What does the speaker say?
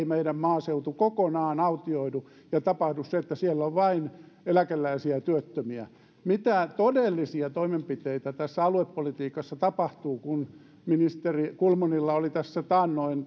meidän maaseutumme kokonaan autioidu ja tapahdu se että siellä on vain eläkeläisiä ja työttömiä mitä todellisia toimenpiteitä aluepolitiikassa tapahtuu kun ministeri kulmunilla oli tässä taannoin